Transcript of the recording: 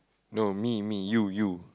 no me me you you